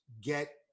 Get